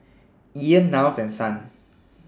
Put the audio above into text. Ean Niles and Son